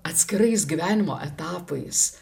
atskirais gyvenimo etapais